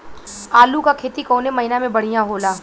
आलू क खेती कवने महीना में बढ़ियां होला?